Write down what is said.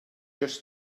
just